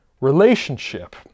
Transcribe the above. relationship